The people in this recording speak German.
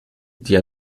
die